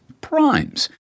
primes